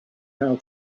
how